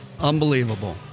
unbelievable